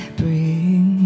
bring